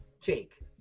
Jake